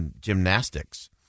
gymnastics